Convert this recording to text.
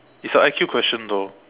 it's a I_Q question though